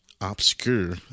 obscure